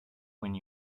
when